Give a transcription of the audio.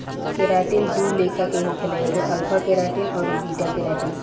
keratin दू लेखा के होखेला एगो अल्फ़ा केराटिन अउरी बीटा केराटिन